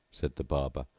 said the barber,